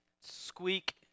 squeak